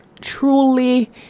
truly